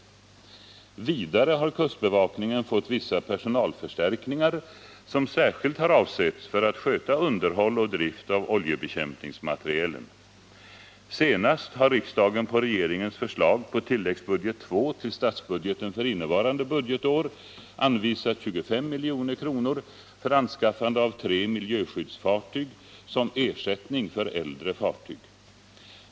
Vidare har kustbevakningen fått vissa personalförstärkningar, som särskilt har avsetts för att sköta underhåll och drift av oljebekämpningsmaterielen. Senast har riksdagen på regeringens förslag på tilläggsbudget II till statsbudgeten för innevarande budgetår anvisat 25 milj.kr. för anskaffning av tre miljöskyddsfartyg som ersättning för äldre fartyg.